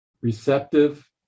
receptive